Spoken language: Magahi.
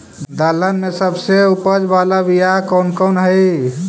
दलहन में सबसे उपज बाला बियाह कौन कौन हइ?